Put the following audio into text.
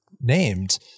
named